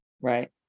Right